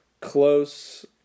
close